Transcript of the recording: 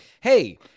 hey